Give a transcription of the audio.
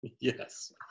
Yes